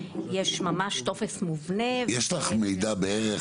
יש טופס מובנה ו --- יש לך מידע בערך